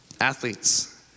Athletes